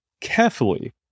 carefully